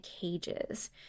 cages